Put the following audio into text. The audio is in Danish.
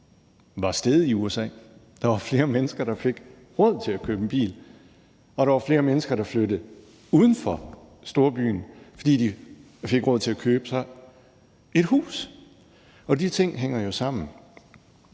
var steget i USA, så der var flere mennesker, der fik råd til at købe en bil, og at der var flere mennesker, der flyttede uden for storbyen, fordi de fik råd til at købe sig et hus. Og de ting hænger jo sammen.